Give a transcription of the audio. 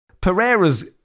Pereira's